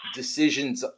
decisions